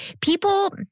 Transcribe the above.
People